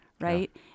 right